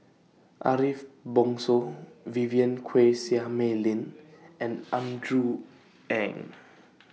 Ariff Bongso Vivien Quahe Seah Mei Lin and Andrew Ang